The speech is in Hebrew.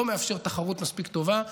לא מאפשר תחרות מספיק טובה,